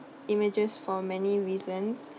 images for many reasons